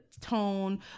tone